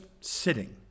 sitting